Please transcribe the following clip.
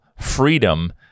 freedom